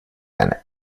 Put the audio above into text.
eine